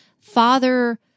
father